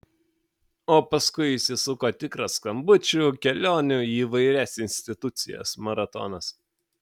o paskui įsisuko tikras skambučių kelionių į įvairias institucijas maratonas